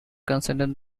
considered